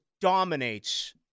dominates